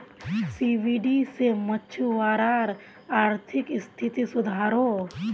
seaweed से मछुवारार अआर्थिक स्तिथि सुधरोह